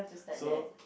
so